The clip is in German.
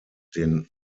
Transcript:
den